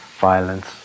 violence